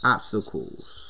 Obstacles